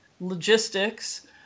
logistics